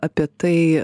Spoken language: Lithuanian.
apie tai